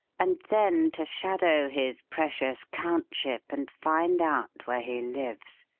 and then to shadow his precious countship and find out where he lives.